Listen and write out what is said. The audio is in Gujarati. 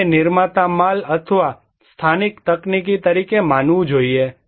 આને નિર્માતા માલ અથવા સ્થાનિક તકનીકી તરીકે માનવું જોઈએ